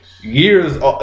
years